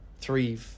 three